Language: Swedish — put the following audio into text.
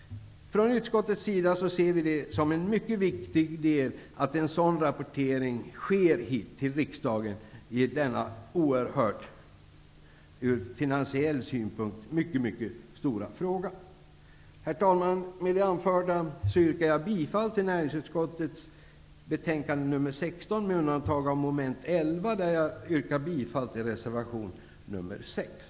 Vi i utskottet anser att det är mycket viktigt att en sådan rapportering sker hit till riksdagen i denna, ur finansiell synpunkt, mycket stora fråga. Herr talman! Med det anförda yrkar jag bifall till hemställan i näringsutskottets betänkande nr 16